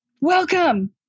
welcome